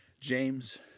James